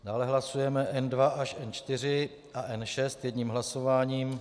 Dále hlasujeme N2 až N4 a N6 jedním hlasováním.